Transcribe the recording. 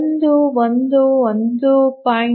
1 1 1